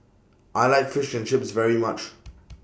I like Fish and Chips very much